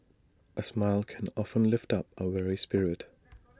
A smile can often lift up A weary spirit